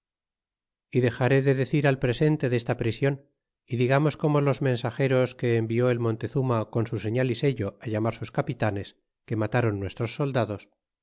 y dexaré de decir al presente desta prision y digamos como los mensageros que envió el montezuma con su serial y sello llamar sus capitanes que inatron nuestros soldados